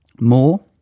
more